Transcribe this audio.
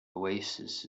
oasis